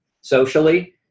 socially